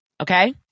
Okay